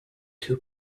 two